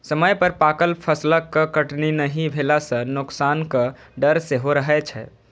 समय पर पाकल फसलक कटनी नहि भेला सं नोकसानक डर सेहो रहै छै